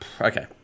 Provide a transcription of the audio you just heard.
Okay